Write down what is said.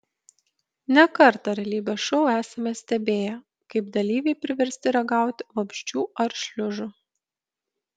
ne kartą realybės šou esame stebėję kaip dalyviai priversti ragauti vabzdžių ar šliužų